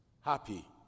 happy